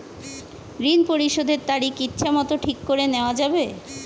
ঋণ পরিশোধের তারিখ ইচ্ছামত ঠিক করে নেওয়া যাবে?